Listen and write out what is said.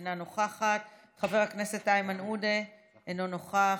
אינה נוכחת, חבר הכנסת איימן עודה, אינו נוכח.